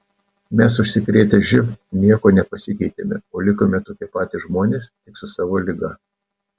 mes užsikrėtę živ niekuo nepasikeitėme o likome tokie patys žmonės tik su savo liga